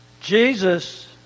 Jesus